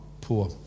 poor